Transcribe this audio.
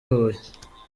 huye